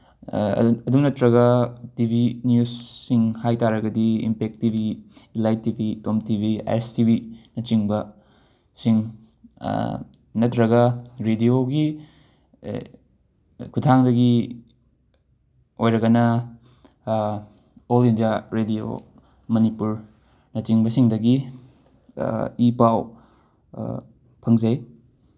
ꯑꯗꯨ ꯅꯠꯇ꯭ꯔꯒ T V ꯅ꯭ꯌꯨꯁꯁꯤꯡ ꯍꯥꯏ ꯇꯥꯔꯒꯗꯤ impact T V elite T V Tom T V I S T V ꯅꯆꯤꯡꯕ ꯁꯤꯡ ꯅꯠꯇ꯭ꯔꯒ ꯔꯦꯗꯤꯑꯣꯒꯤ ꯈꯨꯠꯊꯥꯡꯗꯒꯤ ꯑꯣꯏꯔꯒꯅ ꯑꯣꯜ ꯏꯟꯗꯤꯌꯥ ꯔꯦꯗꯤꯑꯣ ꯃꯅꯤꯄꯨꯔꯅꯆꯤꯡꯕꯁꯤꯡꯗꯒꯤ ꯏ ꯄꯥꯎ ꯐꯪꯖꯩ